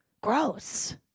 gross